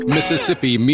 Mississippi